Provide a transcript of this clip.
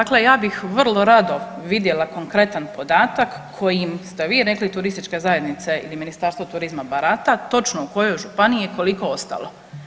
Dakle, ja bih vrlo rado vidjela konkretan podatak kojim ste vi rekli, turističke zajednice ili Ministarstvo turizma barata, točno u kojoj županiji je koliko ostalo.